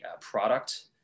product